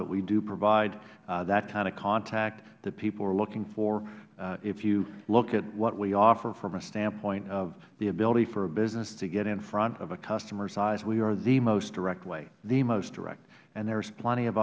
but we do provide that kind of contact that people are looking for if you look at what we offer from a standpoint of the ability of a person to get in front of a customer's eyes we are the most direct way the most direct and there is plenty of